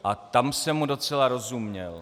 A tam jsem mu docela rozuměl.